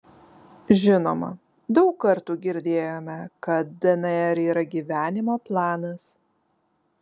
žinoma daug kartų girdėjome kad dnr yra gyvenimo planas